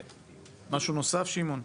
משהו נוסף, שמעון?